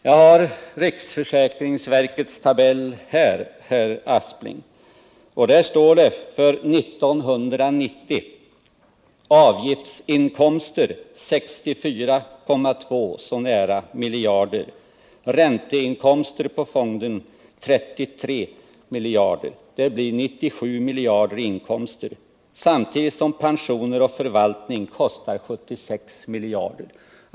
Jag har riksförsäkringsverkets tabell här, herr Aspling, och där står det för 1990: Avgiftsinkomster nära 64,2 miljarder, ränteinkomster på fonden 33 miljarder. Det blir 97 miljarder i inkomster, samtidigt som pensioner och förvaltning kostar 76 miljarder.